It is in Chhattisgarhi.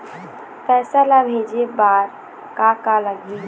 पैसा ला भेजे बार का का लगही?